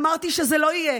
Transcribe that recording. אמרתי שזה לא יהיה,